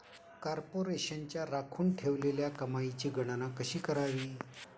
कॉर्पोरेशनच्या राखून ठेवलेल्या कमाईची गणना कशी करावी